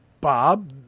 Bob